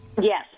yes